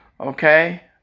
okay